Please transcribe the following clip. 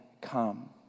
come